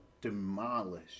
demolish